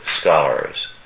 scholars